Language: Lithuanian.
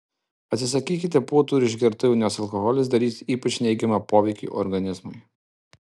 atsisakykite puotų ir išgertuvių nes alkoholis darys ypač neigiamą poveikį organizmui